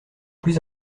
plus